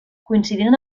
coincidint